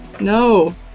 no